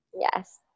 Yes